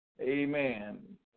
amen